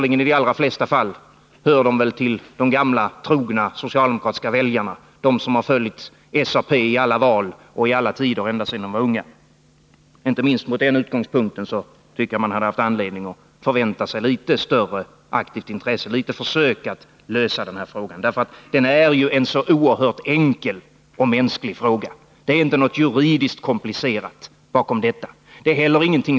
I de allra flesta fall är de således trogna socialdemokratiska väljare ända sedan de var unga. Inte minst mot den bakgrunden tycker jag att man hade haft anledning att förvänta sig litet större aktivt intresse för den här frågan hos socialdemokraterna, att de hade gjort ett litet försök att lösa den. Det är ju en så oerhört enkel och mänsklig fråga. Det är inte något juridiskt komplicerat sammanhang bakom frågan.